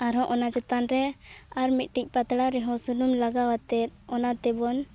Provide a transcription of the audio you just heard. ᱟᱨᱦᱚᱸ ᱚᱱᱟ ᱪᱮᱛᱟᱱ ᱨᱮ ᱟᱨᱢᱤᱫᱴᱤᱡ ᱯᱟᱛᱲᱟ ᱨᱮᱦᱚᱸ ᱥᱩᱱᱩᱢ ᱞᱟᱜᱟᱣᱟᱛᱮᱫ ᱚᱱᱟ ᱛᱮᱵᱚᱱ